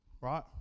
Right